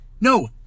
No